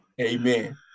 Amen